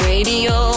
Radio